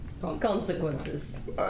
Consequences